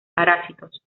parásitos